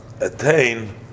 attain